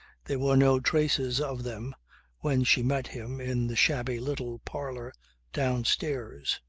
there were no traces of them when she met him in the shabby little parlour downstairs.